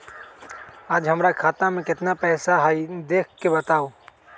आज हमरा खाता में केतना पैसा हई देख के बताउ?